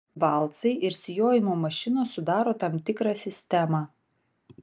valcai ir sijojimo mašinos sudaro tam tikrą sistemą